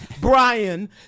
Brian